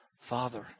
Father